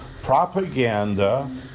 propaganda